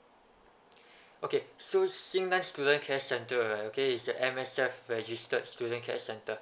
okay so xingnan student care center right okay is a M_S_F registered student care center